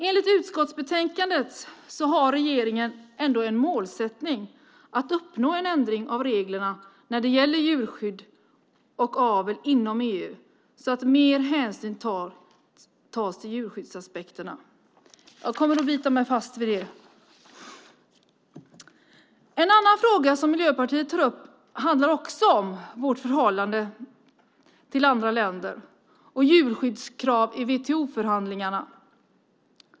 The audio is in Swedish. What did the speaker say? Enligt utskottsbetänkandet har regeringen ändå en målsättning att uppnå en ändring av reglerna när det gäller djurskydd och avel inom EU så att mer hänsyn tas till djurskyddsaspekterna. Jag kommer att bita mig fast vid det. En annan fråga som Miljöpartiet tar upp handlar om vårt förhållande till andra länder och djurskyddskrav i WTO-förhandlingarna.